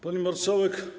Pani Marszałek!